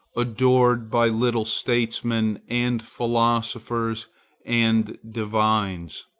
adored by little statesmen and philosophers and divines.